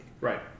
Right